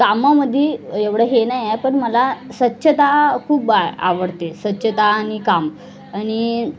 कामामध्ये एवढं हे नाही आहे पण मला स्वच्छता खूप आवडते स्वच्छता आणि काम आणि